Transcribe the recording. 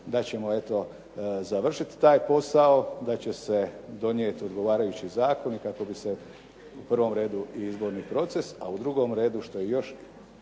da ćemo eto završiti taj posao, da će se donijeti odgovarajući zakoni kako bi se u prvom redu i izborni proces, a u drugom redu što je još